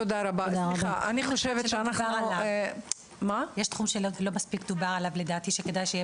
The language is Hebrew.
יש תחום שלא דובר עליו מספיק שכדאי שיהיה